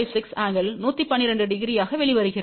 56 angle 1120 ஆக வெளிவருகிறது